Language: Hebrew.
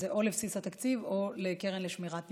או לבסיס התקציב או לקרן לשמירת הניקיון,